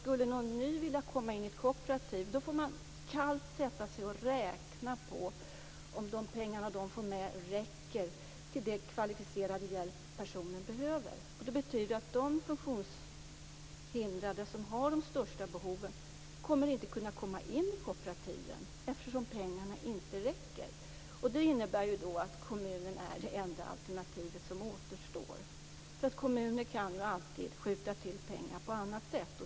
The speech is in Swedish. Skulle någon ny person vilja komma in i ett kooperativ får man kallt räkna på om de pengar som man får med räcker till den kvalificerade hjälp som personen behöver. Det betyder att de funktionshindrade som har de största behoven inte kommer att kunna komma in i kooperativen eftersom pengarna inte räcker. Det innebär att kommunen är det enda alternativet som återstår. Kommuner kan ju alltid skjuta till pengar på annat sätt.